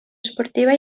esportiva